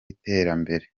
iterambere